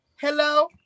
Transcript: Hello